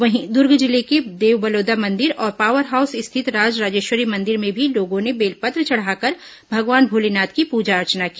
वहीं दुर्ग जिले के देवबलौदा मंदिर और पावर हाउस स्थित राज राजेश्वरी मंदिर में भी लोगों ने बेलपत्र चढ़ाकर भगवान भोलेनाथ की पूजा अर्चना की